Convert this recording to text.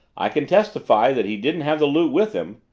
i can testify that he didn't have the loot with him.